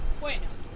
Bueno